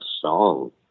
song